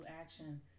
action